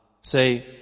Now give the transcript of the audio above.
Say